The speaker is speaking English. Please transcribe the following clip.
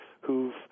who've